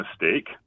mistake